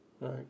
Right